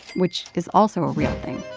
which is also a real thing